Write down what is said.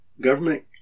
Government